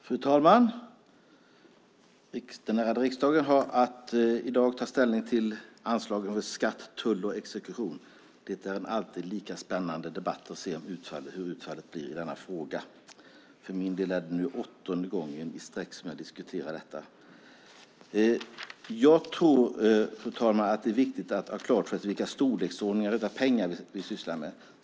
Fru talman! Den ärade riksdagen har i dag att ta ställning till anslag när det gäller skatt, tull och exekution. Det är en alltid lika spännande debatt, och det är alltid lika spännande att se hur utfallet blir i denna fråga. För min del är det nu åttonde året i sträck som jag diskuterar detta. Jag tror, fru talman, att det är viktigt att ha klart för sig vilken storleksordning det är på beloppen vi sysslar med.